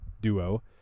duo